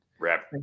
Wrap